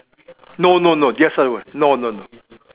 no no no no no no